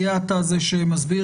אתה זה שמסביר.